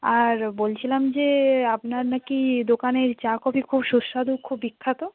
আর বলছিলাম যে আপনার নাকি দোকানের চা কফি খুব সুস্বাদু খুব বিখ্যাত